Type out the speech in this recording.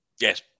Yes